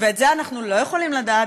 ואת זה אנחנו לא יכולים לדעת,